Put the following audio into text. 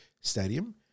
Stadium